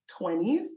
20s